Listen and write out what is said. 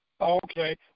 Okay